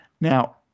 Now